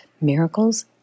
Miracles